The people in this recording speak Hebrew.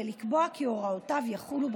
ולקבוע כי הוראותיו יחולו,